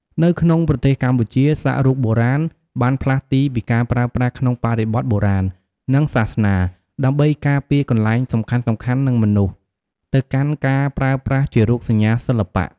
នៅក្នុងប្រទេសកម្ពុជា សាក់រូបបុរាណបានផ្លាស់ទីពីការប្រើប្រាស់ក្នុងបរិបទបុរាណ និងសាសនាដើម្បីការពារកន្លែងសំខាន់ៗ និងមនុស្ស ទៅកាន់ការប្រើប្រាស់ជារូបសញ្ញាសិល្បៈ។